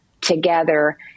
together